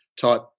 type